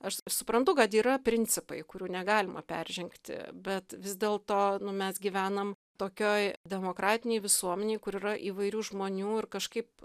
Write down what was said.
aš suprantu kad yra principai kurių negalima peržengti bet vis dėlto mes gyvenam tokioj demokratinėj visuomenėj kur yra įvairių žmonių ir kažkaip